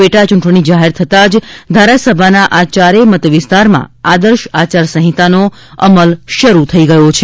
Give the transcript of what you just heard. પેટા ચૂંટણી જાહેર થતાં જ ધારાસભાના આ ચારેય મતવિસ્તારમાં આદર્શ આચાર સંહિતાનો અમલ શરૂ થઈ ગયો છે